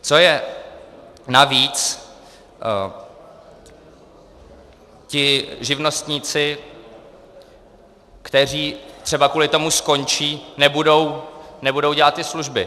Co je navíc, ti živnostníci, kteří třeba kvůli tomu skončí, nebudou dělat ty služby.